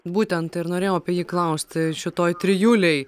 būtent ir norėjau apie jį klausti šitoj trijulėj